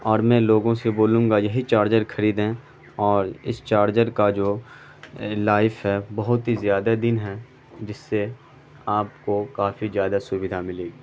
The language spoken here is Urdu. اور میں لوگوں سے بولوں گا یہی چاڑجر خریدیں اور اس چاڑجر کا جو لائف ہے بہت ہی زیادہ دن ہے جس سے آپ کو کافی زیادہ سویدھا ملے گی